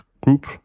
group